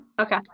Okay